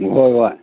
ꯍꯣꯏ ꯍꯣꯏ